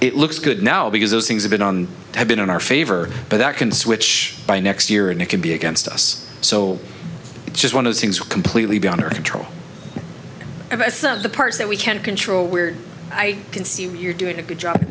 it looks good now because those things have been on have been in our favor but that can switch by next year and it could be against us so it's just one of those things completely beyond our control and that's not the part that we can't control we're i can see you're doing a good job